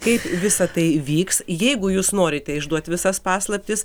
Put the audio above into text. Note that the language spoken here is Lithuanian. kaip visa tai vyks jeigu jūs norite išduot visas paslaptis